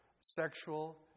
sexual